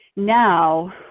now